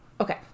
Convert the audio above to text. Okay